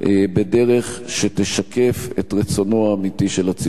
בדרך שתשקף את רצונו האמיתי של הציבור.